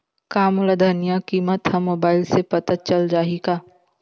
का मोला धनिया किमत ह मुबाइल से पता चल जाही का?